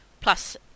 plus